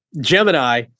Gemini